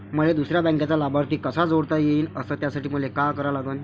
मले दुसऱ्या बँकेचा लाभार्थी कसा जोडता येईन, अस त्यासाठी मले का करा लागन?